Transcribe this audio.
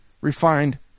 refined